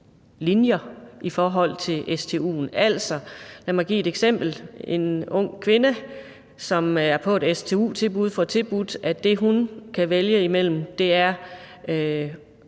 linjer i forbindelse med stu'en. Lad mig give et eksempel: En ung kvinde, som er på et stu-tilbud, får tilbudt, at det, hun kan vælge imellem, er